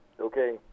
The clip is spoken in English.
okay